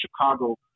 Chicago